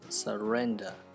surrender